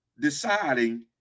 deciding